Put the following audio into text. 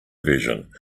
version